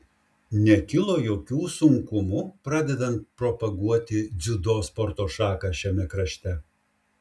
nekilo jokių sunkumų pradedant propaguoti dziudo sporto šaką šiame krašte